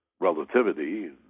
relativity